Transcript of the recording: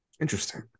Interesting